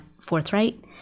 forthright